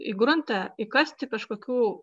į gruntą įkasti kažkokių